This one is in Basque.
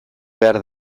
behar